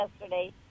yesterday